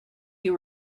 you